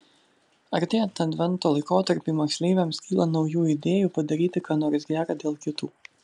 artėjant advento laikotarpiui moksleiviams kyla naujų idėjų padaryti ką nors gera dėl kitų